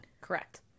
correct